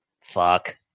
fuck